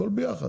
הכול ביחד.